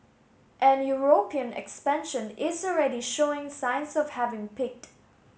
and European expansion is already showing signs of having peaked